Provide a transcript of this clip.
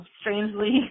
strangely